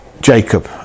Jacob